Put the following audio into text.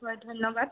হয় ধন্যবাদ